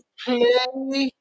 play